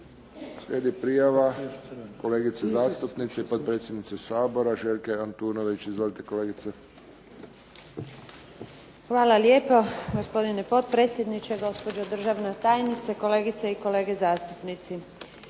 Slijedi prijava kolegice zastupnice i potpredsjednice Sabora, Željke Antunović. Izvolite kolegice. **Antunović, Željka (SDP)** Hvala lijepo. Gospodine potpredsjedniče, gospođo državna tajnice, kolegice i kolege zastupnici.